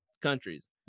countries